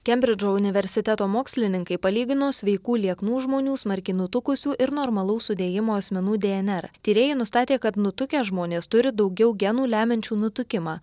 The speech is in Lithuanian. kembridžo universiteto mokslininkai palygino sveikų lieknų žmonių smarkiai nutukusių ir normalaus sudėjimo asmenų dnr tyrėjai nustatė kad nutukę žmonės turi daugiau genų lemiančių nutukimą